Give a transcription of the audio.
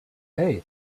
hei